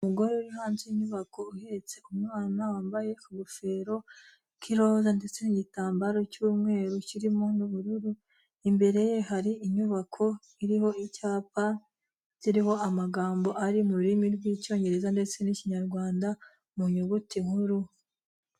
Umugore uri hanze y'inyubako uhetse umwana wambaye akagofero k'iroza ndetse n'igitambaro cy'umweru kirimo n'ubururu, imbere ye hari inyubako iriho icyapa kiriho amagambo ari mu rurimi rw'Icyongereza ndetse n'Ikinyarwanda mu nyuguti nkuru.